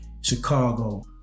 Chicago